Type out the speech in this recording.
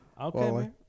Okay